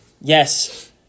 Yes